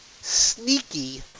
sneaky